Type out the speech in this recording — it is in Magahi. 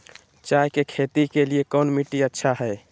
चाय की खेती के लिए कौन मिट्टी अच्छा हाय?